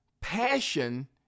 Passion